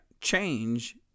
change